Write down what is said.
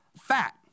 fat